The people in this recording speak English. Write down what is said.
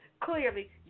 clearly